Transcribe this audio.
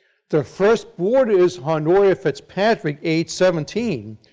the first boarder was honora fitzpatrick, age seventeen,